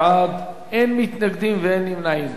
11 בעד, אין מתנגדים ואין נמנעים.